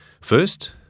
First